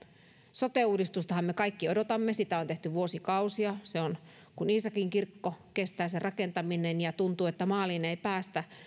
sote uudistustahan me kaikki odotamme sitä on tehty vuosikausia se on kuin iisakinkirkko sen rakentaminen kestää ja tuntuu että maaliin ei päästä